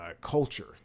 culture